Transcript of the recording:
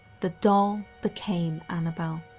the doll became annabelle,